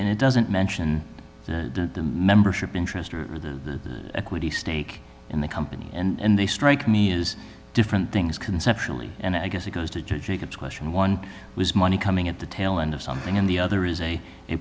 and it doesn't mention the membership interest or the equity stake in the company and they strike me as different things conceptually and i guess it goes to a good question one was money coming at the tail end of something in the other is a a